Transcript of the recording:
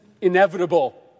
inevitable